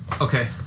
Okay